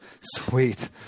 sweet